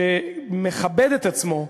שמכבד את עצמו,